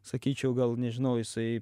sakyčiau gal nežinau jisai